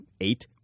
eight